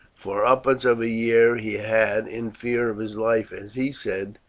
for upwards of a year he had, in fear of his life, as he said,